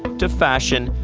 to fashion,